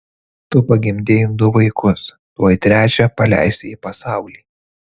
tu pagimdei du vaikus tuoj trečią paleisi į pasaulį